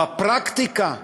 בפרקטיקה הניהולית,